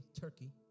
Turkey